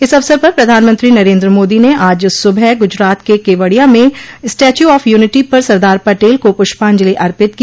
इस अवसर पर प्रधानमंत्री नरेन्द्र मोदी ने आज सुबह गूजरात के केवडिया में स्टैच्यू ऑफ यूनिटी पर सरदार पटेल को प्रष्पांजलि अर्पित की